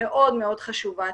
מאוד חשובה.